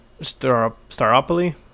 Staropoli